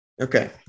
Okay